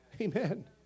Amen